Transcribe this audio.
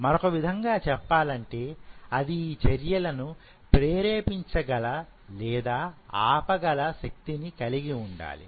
మరొక విధంగా చెప్పాలంటే అది ఈ చర్యలను ప్రేరేపించగల లేదా ఆపగల శక్తిని కలిగి ఉండాలి